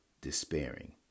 despairing